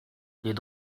les